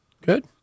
Good